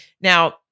Now